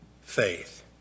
Faith